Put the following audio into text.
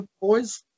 boys